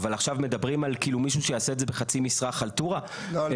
אבל עכשיו מדברים על כאילו מישהו שיעשה את זה בחצי במשרה חלטורה כביכול.